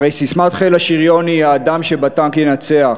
הרי ססמת חיל השריון היא "האדם שבטנק ינצח",